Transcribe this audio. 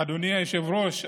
אדוני היושב-ראש,